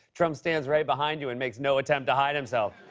trump stands right behind you and makes no attempt to hide himself.